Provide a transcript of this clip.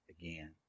again